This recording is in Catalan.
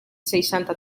seixanta